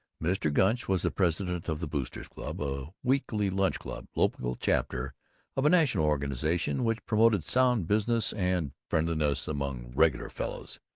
mr. gunch was president of the boosters' club, a weekly lunch-club, local chapter of a national organization which promoted sound business and friendliness among regular fellows.